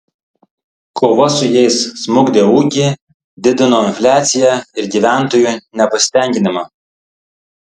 kova su jais smukdė ūkį didino infliaciją ir gyventojų nepasitenkinimą